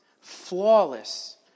flawless